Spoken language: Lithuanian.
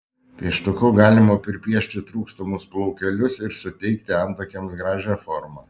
pieštuku galima pripiešti trūkstamus plaukelius ir suteikti antakiams gražią formą